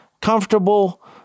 comfortable